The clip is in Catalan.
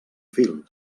fil